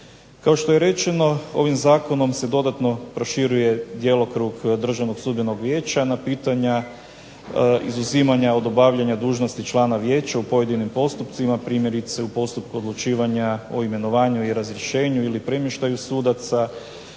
Kao što je rečeno ovim zakonom se dodatno proširuje djelokrug Državnog sudbenog vijeća na pitanja izuzimanja od obavljanja dužnosti člana vijeća u pojedinim postupcima. Primjerice u postupku odlučivanja o imenovanju i razrješenju ili premještaju sudaca